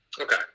Okay